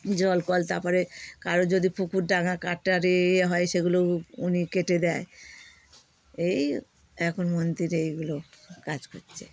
জল কল তার পরে কারোর যদি পুকুর ডাঙ্গা কাটার এ হয় সেগুলো উ উনি কেটে দেয় এই এখন মন্ত্রী এগুলো কাজ করছে